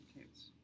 kids